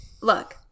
look